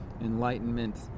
enlightenment